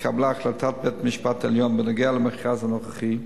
התקבלה החלטת בית-המשפט העליון בנוגע למכרז הנוכחי,